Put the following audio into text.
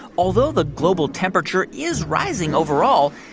although the global temperature is rising overall,